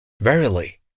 Verily